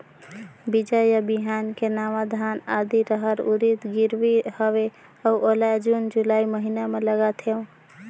बीजा या बिहान के नवा धान, आदी, रहर, उरीद गिरवी हवे अउ एला जून जुलाई महीना म लगाथेव?